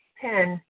Ten